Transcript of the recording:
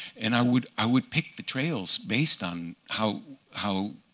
and i would i would pick the trails based on how how